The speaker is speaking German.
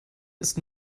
ist